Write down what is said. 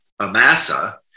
Amasa